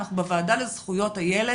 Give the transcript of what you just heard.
אנחנו בוועדה לזכויות הילד